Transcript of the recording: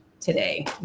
today